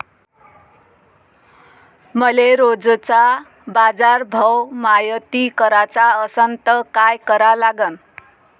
मले रोजचा बाजारभव मायती कराचा असन त काय करा लागन?